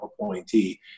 appointee